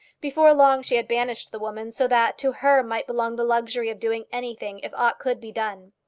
before long she had banished the woman, so that to her might belong the luxury of doing anything, if aught could be done.